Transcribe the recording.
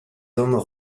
hommes